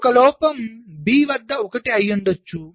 ఒక లోపం B వద్ద 1 అయ్యుండొచ్చు